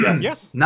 Yes